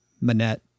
Manette